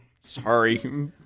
Sorry